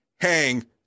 hang